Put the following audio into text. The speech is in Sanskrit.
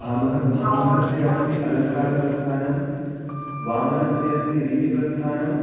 भाम भामहस्य अस्ति अलङ्कारप्रस्थानं वामनस्य अस्ति रीतिप्रस्थानम्